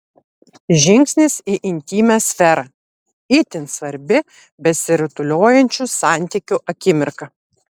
žingsnis į intymią sferą itin svarbi besirutuliojančių santykių akimirka